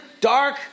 dark